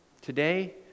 Today